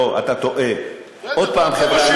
אם תעלה לכאן בעוד שלושה שבועות,